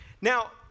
Now